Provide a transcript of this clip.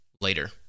later